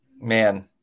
man